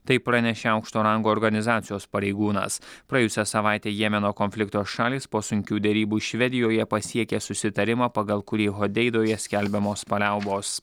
tai pranešė aukšto rango organizacijos pareigūnas praėjusią savaitę jemeno konflikto šalys po sunkių derybų švedijoje pasiekė susitarimą pagal kurį hodeidoje skelbiamos paliaubos